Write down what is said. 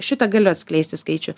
šitą galiu atskleisti skaičių